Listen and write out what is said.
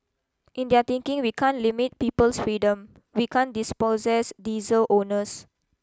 in their thinking we can't limit people's freedom we can't dispossess diesel owners